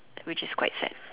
which is quite sad